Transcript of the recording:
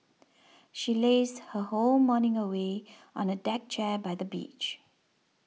she lazed her whole morning away on a deck chair by the beach